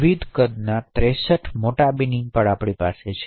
વિવિધ કદના 63 મોટા બિનિંગ પણ છે